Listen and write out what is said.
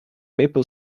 pepper